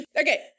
Okay